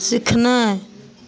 सिखनाय